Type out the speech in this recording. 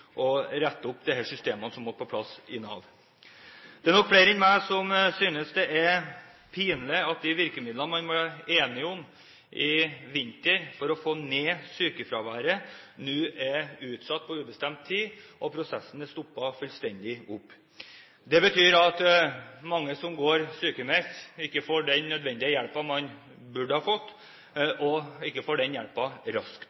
rette opp disse systemene i Nav. Det er nok flere enn meg som synes det er pinlig at de virkemidlene man var enige om i vinter for å få ned sykefraværet, nå er utsatt på ubestemt tid, og prosessen har stoppet fullstendig opp. Det betyr at mange som går sykemeldt, ikke får den nødvendige hjelpen, og ikke får den hjelpen de burde ha fått, raskt